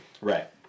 Right